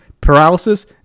Paralysis